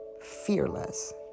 fearless